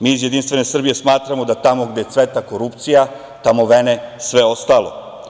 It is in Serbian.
Mi iz Jedinstvene Srbije smatramo da tamo gde cveta korupcija, tamo vene sve ostalo.